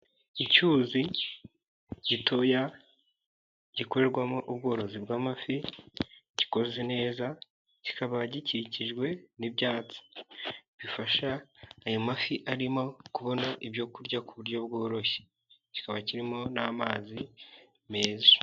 Icyuzi gitoya gikorerwamo ubworozi bw'amafi. Gikoze neza, kikaba gikikijwe n'ibyatsi. Bifasha ayo mafi arimo kubona ibyo kurya, ku buryo bworoshye. Kikaba kirimo n'amazi meza.